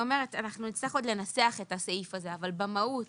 אנחנו נצטרך עוד לנסח את הסעיף הזה, אבל במהות